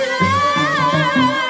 love